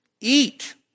eat